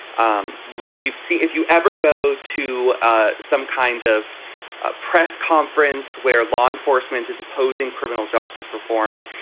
um we've seen if you ever go to ah some kind of ah press conference where law enforcement is opposing criminal justice reforms,